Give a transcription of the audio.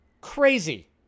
Crazy